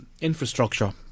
infrastructure